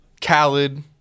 Khaled